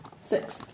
Six